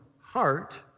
heart